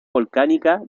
volcánica